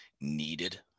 needed